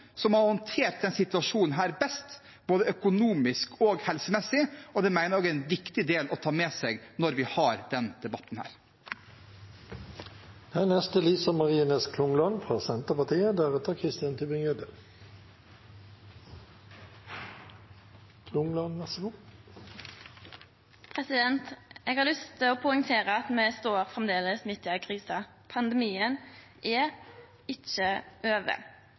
som har håndtert denne situasjonen best, både økonomisk og helsemessig, og det mener jeg er viktig å ta med seg når vi har denne debatten. Eg har lyst til å poengtere at me framleis står midt i ei krise. Pandemien er ikkje over. Me har i desse dagar rekordhøg smitte, og sjukehusa har covid-fatigue, dvs. at